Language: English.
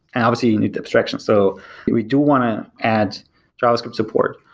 and obviously you need abstractions. so we do want to add javascript support.